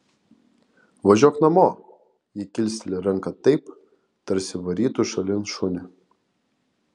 važiuok namo ji kilsteli ranką taip tarsi varytų šalin šunį